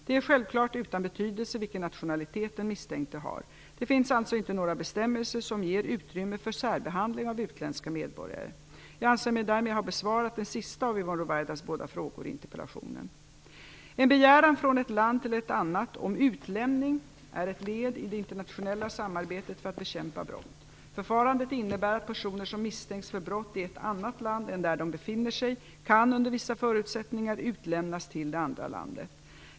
Det är självklart utan betydelse vilken nationalitet den misstänkte har; det finns alltså inte några bestämmelser som ger utrymme för särbehandling av utländska medborgare. Jag anser mig därmed ha besvarat den sista av Yvonne Ruwaidas båda frågor i interpellationen. En begäran från ett land till ett annat om utlämning är ett led i det internationella samarbetet för att bekämpa brott. Förfarandet innebär att personer som misstänks för brott i ett annat land än där de befinner sig under vissa förutsättningar kan utlämnas till det andra landet.